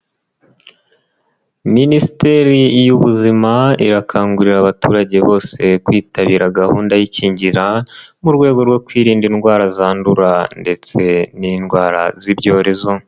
Minisiteri y'ubuzima irakangurira abaturage bose kwitabira gahunda y'ikingira mu rwego rwo kwirinda indwara zandura ndetse n'indwara z'ibyorezo.